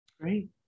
great